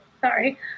Sorry